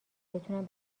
بتونم